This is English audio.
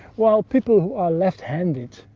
while people who are left-handed,